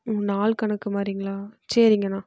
ம் நாள் கணக்கு மாதிரிங்களா சரிங்கண்ணா